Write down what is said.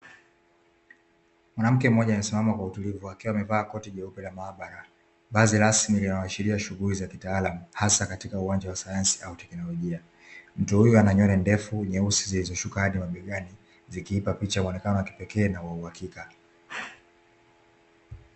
Mwanamke mmoja amesimama kwa utulivu akiwa amevaa koti jeupe la maabara, vazi rasmi linaloashiria shughuli za kitaalamu hasa katika uwanja wa sayansi au teknolojia. Mtu huyu ana nywele ndefu, nyeusi zilizoshuka hadi mabegani, zikiipa picha ya muonekano wa kipekee na wa uhakika.